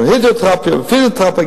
אבל הידרותרפיה ופיזיותרפיה,